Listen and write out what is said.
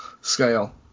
scale